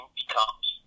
becomes